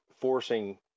forcing—